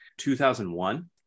2001